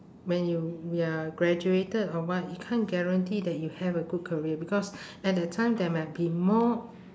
when you you're graduated or what you can't guarantee that you have a good career because at the time there might be more